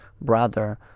brother